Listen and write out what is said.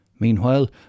Meanwhile